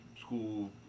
school